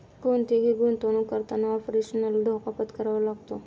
कोणतीही गुंतवणुक करताना ऑपरेशनल धोका पत्करावा लागतो